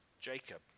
Jacob